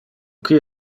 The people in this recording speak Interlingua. qui